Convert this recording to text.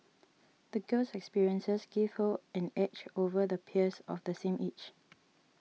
the girl's experiences gave her an edge over the peers of the same age